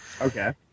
Okay